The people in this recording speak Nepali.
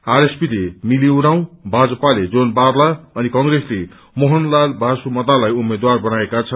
आरएसपीले मिली उराँव भाजपाले जोन बारला अनि कंग्रेसले मोहनलाल बासुमतालाई उम्मेद्वार बनाएका छन्